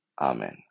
Amen